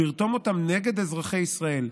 לרתום אותם נגד אזרחי ישראל,